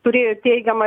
turėjo teigiamą